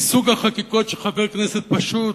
מסוג החקיקות שחבר כנסת פשוט,